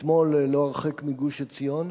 אתמול, לא הרחק מגוש-עציון,